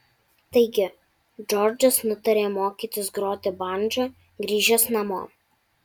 taigi džordžas nutarė mokytis groti bandža grįžęs namo